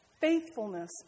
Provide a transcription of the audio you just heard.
faithfulness